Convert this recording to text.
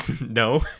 No